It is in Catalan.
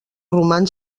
roman